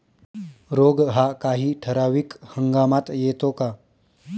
रोग हा काही ठराविक हंगामात येतो का?